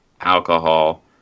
alcohol